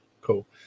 cool